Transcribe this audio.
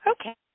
Okay